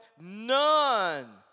none